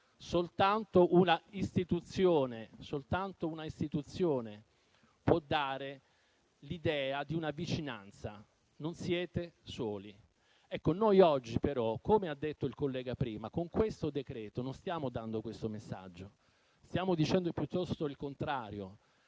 rispetto alla quale soltanto un'istituzione può dare l'idea di una vicinanza: non siete soli. Noi oggi però - come ha detto il collega prima - con questo decreto-legge non stiamo dando questo messaggio. Stiamo dicendo piuttosto il contrario: